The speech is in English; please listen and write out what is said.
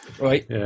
Right